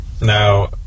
Now